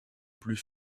plus